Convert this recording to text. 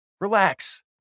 Relax